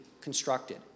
constructed